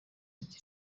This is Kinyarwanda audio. kugira